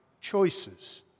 choices